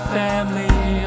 family